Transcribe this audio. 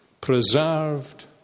preserved